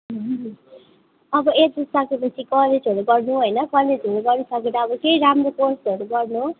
अब एचएस सके पछि कलेजहरू गर्नु होइन कलेजहरू गरी सकेर अब केही राम्रो कोर्सहरू गर्नु